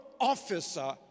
officer